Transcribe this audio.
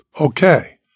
Okay